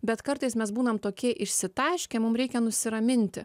bet kartais mes būnam tokie išsitaškė mums reikia nusiraminti